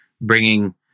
bringing